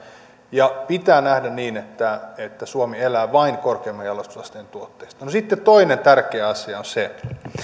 ja pitää nähdä niin että että suomi elää vain korkeimman jalostusasteen tuotteista no sitten toinen tärkeä asia on se että